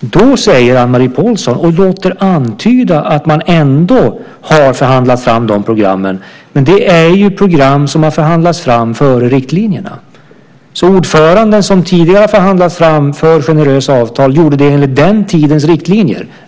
Då låter Anne-Marie Pålsson antyda att man ändå har förhandlat fram de programmen. Men det är ju program som har förhandlats fram före riktlinjerna. Ordförande som tidigare har förhandlat fram alltför generösa avtal gjorde det enligt den tidens riktlinjer.